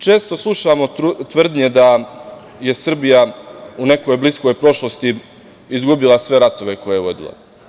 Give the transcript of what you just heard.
Često slušamo tvrdnje da je Srbija u nekoj bliskoj prošlosti izgubila sve ratove koje je vodila.